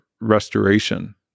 restoration